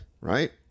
right